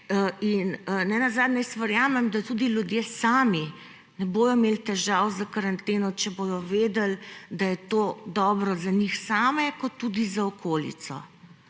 in nenazadnje, verjamem, da tudi ljudje sami ne bojo imeli težav s karanteno, če bojo vedeli, da je to dobro za njih same kot tudi za okolico.